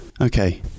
Okay